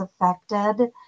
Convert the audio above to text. affected